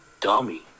dummy